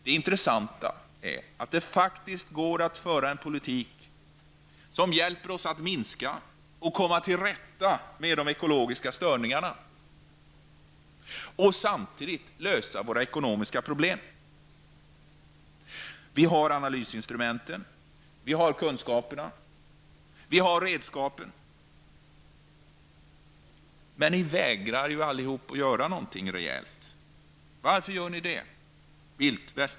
Det intressanta är att det faktiskt går att föra en politik som hjälper oss att minska och komma till rätta med de ekologiska störningarna och samtidigt lösa våra ekonomiska problem. Vi har analysinstrumenten, vi har kunskaperna och vi har redskapen. Men ni vägrar ju allihop att göra någonting rejält. Varför gör ni det -- Bildt,